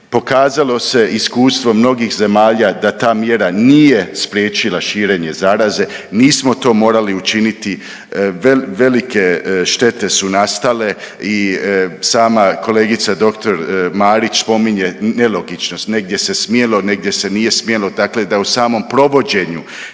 pokazalo se iskustvom mnogih zemalja da ta mjera nije spriječila širenje zaraze, nismo to morali učiniti velike šte su nastale i sama kolegica doktor Marić spominje nelogičnost, negdje se smjelo, negdje se nije smjelo. Dakle, da u samom provođenju